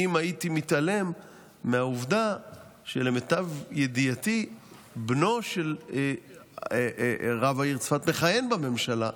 אם הייתי מתעלם מהעובדה שלמיטב ידיעתי בנו של רב העיר צפת מכהן בממשלה.